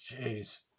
Jeez